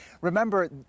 Remember